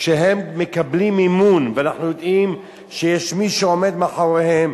כשהם מקבלים מימון ואנחנו יודעים שיש מי שעומד מאחוריהם,